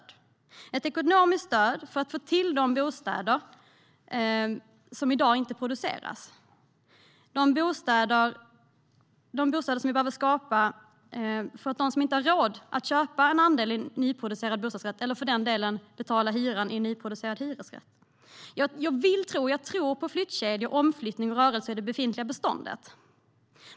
Det är fråga om ett ekonomiskt stöd för att bygga de bostäder som i dag inte produceras. Det handlar om bostäder för dem som inte har råd att köpa en andel i en nyproducerad bostadsrätt eller för den delen betala hyran i en nyproducerad hyresrätt. Jag tror på flyttkedjor, omflyttning och rörelser i det befintliga beståndet.